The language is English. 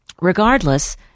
regardless